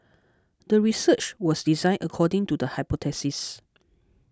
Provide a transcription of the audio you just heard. the research was designed according to the hypothesis